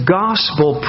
gospel